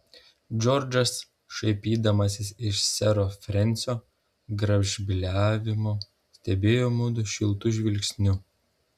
džordžas šaipydamasis iš sero frensio gražbyliavimo stebėjo mudu šiltu žvilgsniu